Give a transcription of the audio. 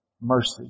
mercy